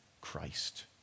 Christ